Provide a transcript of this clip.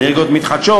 אנרגיות מתחדשות,